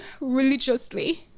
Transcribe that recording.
religiously